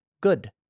good